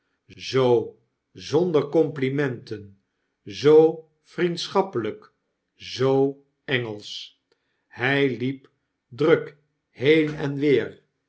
zoo zonder complimenten zoo vriendschappeip zoo engelsch hpiep druk heen en weer